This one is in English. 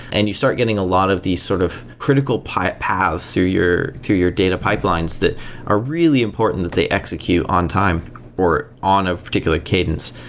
and you start getting a lot of these sort of critical paas paas through your through your data pipelines that are really important that they execute execute on time or on a particular cadence.